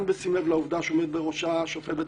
גם בשים לב לעובדה שעומד בראשה שופט בית